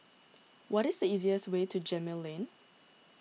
what is the easiest way to Gemmill Lane